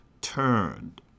turned